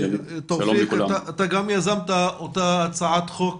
אתה גם יזמת אותה הצעת חוק,